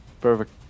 perfect